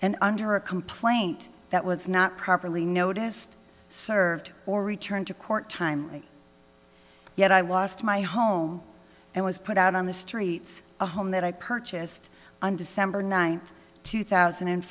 and under a complaint that was not properly noticed served or returned to court time yet i wast my home and was put out on the streets a home that i purchased on december ninth two thousand and